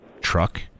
truck